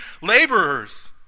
laborers